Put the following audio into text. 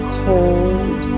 cold